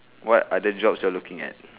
what other jobs you are looking at